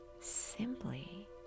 simply